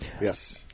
Yes